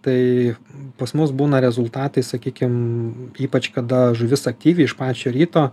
tai pas mus būna rezultatai sakykim ypač kada žuvis aktyvi iš pačio ryto